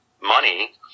money